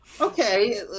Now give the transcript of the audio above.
Okay